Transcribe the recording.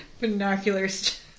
binoculars